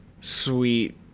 sweet